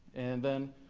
and then,